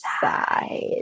side